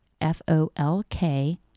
F-O-L-K